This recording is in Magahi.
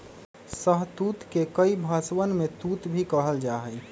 शहतूत के कई भषवन में तूत भी कहल जाहई